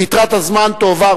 ויתרת הזמן תועבר.